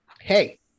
hey